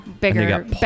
bigger